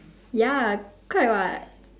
ya correct [what]